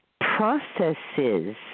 processes